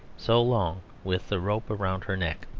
so long with the rope round her neck.